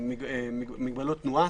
עוסקות במגבלות תנועה.